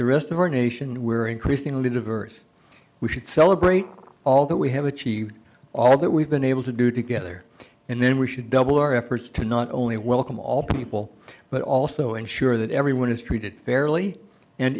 the rest of our nation we're increasingly diverse we should celebrate all that we have achieved all that we've been able to do together and then we should double our efforts to not only welcome all people but also ensure that everyone is treated fairly and